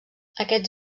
aquests